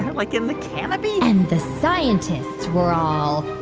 like in the canopy? and the scientists were all,